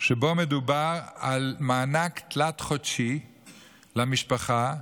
שבו מדובר על מענק תלת-חודשי למשפחה,